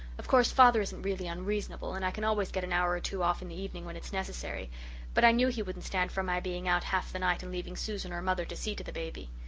of course father isn't really unreasonable and i can always get an hour or two off in the evening when it's necessary but i knew he wouldn't stand for my being out half the night and leaving susan or mother to see to the baby.